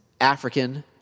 African